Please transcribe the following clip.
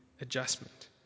adjustment